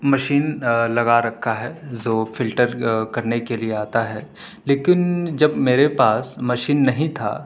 machine لگا رکھا ہے جو فلٹر کرنے کے لیے آتا ہے لیکن جب میرے پاس مشین نہیں تھا